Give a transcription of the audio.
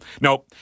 No